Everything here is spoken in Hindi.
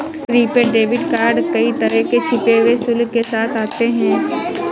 प्रीपेड डेबिट कार्ड कई तरह के छिपे हुए शुल्क के साथ आते हैं